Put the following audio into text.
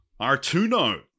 Artuno